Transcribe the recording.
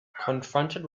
confronted